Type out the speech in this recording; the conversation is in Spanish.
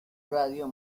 radio